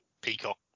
Peacock